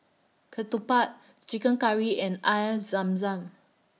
Ketupat Chicken Curry and Air Zam Zam